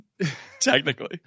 technically